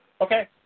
okay